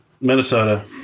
Minnesota